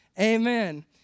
Amen